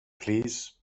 plîs